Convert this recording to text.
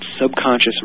subconscious